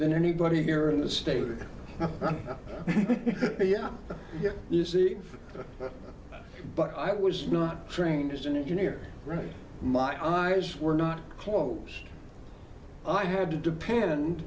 than anybody here in the state yeah you see but i was not trained as an engineer really my eyes were not close i had to depend